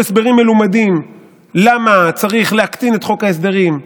הסברים מלומדים למה צריך להקטין את חוק ההסדרים,